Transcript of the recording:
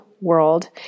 world